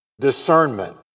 discernment